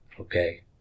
okay